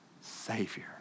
Savior